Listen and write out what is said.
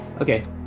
Okay